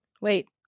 Wait